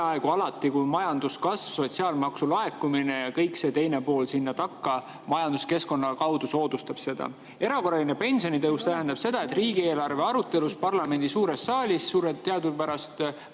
peaaegu alati, kui majanduskasv, sotsiaalmaksu laekumine ja kõik see teine pool sinna takka majanduskeskkonna kaudu soodustab seda. Erakorraline pensionitõus tähendab seda, et riigieelarve arutelus parlamendi suures saalis teadupärast